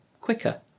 quicker